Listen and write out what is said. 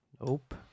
Nope